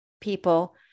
people